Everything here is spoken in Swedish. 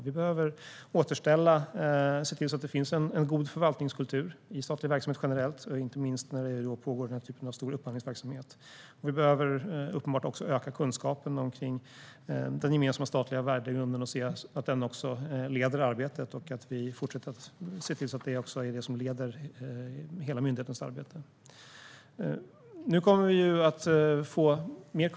Vi behöver återställa och se till att det finns en god förvaltningskultur i statlig verksamhet generellt, inte minst när denna typ av stor upphandlingsverksamhet pågår. Vi behöver uppenbarligen också öka kunskapen om den gemensamma statliga värdegrunden och se till att den leder arbetet. Vi ska fortsätta att se till att det är detta som leder hela myndighetens arbete.